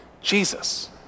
Jesus